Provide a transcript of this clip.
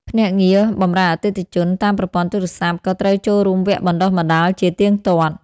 ភ្នាក់ងារបម្រើអតិថិជនតាមប្រព័ន្ធទូរស័ព្ទ ក៏ត្រូវចូលរួមវគ្គបណ្ដុះបណ្ដាលជាទៀងទាត់។